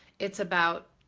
it's about,